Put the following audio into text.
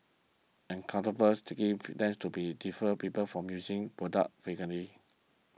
an uncomfortable sticky feel tends to be defer people from using product frequently